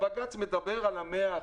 הבג"ץ מדבר על ה-100%.